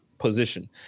Position